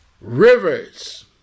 Rivers